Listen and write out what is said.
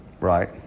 Right